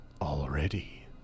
already